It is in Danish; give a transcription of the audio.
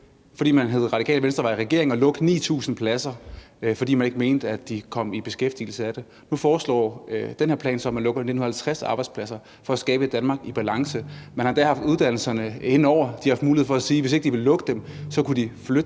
i regering, det var en supergod idé at lukke 9.000 pladser, fordi man ikke mente, at de studerende kom i beskæftigelse af det. Nu foreslås der så med den her plan, at man lukker 1.950 pladser for at skabe et Danmark i balance, og man har endda haft uddannelserne inde over. De har haft mulighed for at sige, at de, hvis ikke de ville lukke dem, så kunne flytte dem.